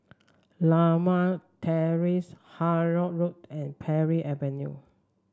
Limau Terrace Havelock Road and Parry Avenue